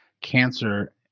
cancer